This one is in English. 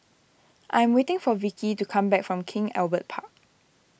I'm waiting for Vikki to come back from King Albert Park